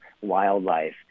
wildlife